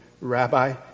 Rabbi